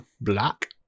black